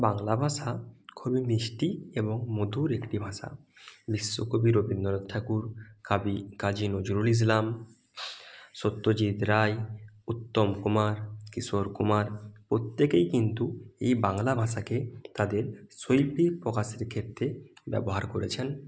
বাংলা ভাষা খুবই মিষ্টি এবং মধুর একটি ভাষা বিশ্বকবি রবীন্দ্রনাথ ঠাকুর কাবি কাজী নজরুল ইসলাম সত্যজিৎ রায় উত্তম কুমার কিশোর কুমার প্রত্যেকেই কিন্তু এই বাংলা ভাষাকে তাদের শৈল্পিক প্রকাশের ক্ষেত্রে ব্যবহার করেছেন